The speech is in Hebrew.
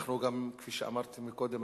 כפי שאמרתי קודם,